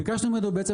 ביקשנו ממנו בעצם